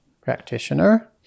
practitioner